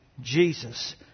Jesus